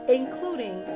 including